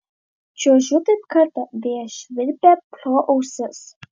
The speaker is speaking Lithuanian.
čiuožiu taip kartą vėjas švilpia pro ausis